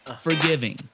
forgiving